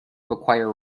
require